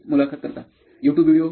मुलाखत कर्ता YouTube video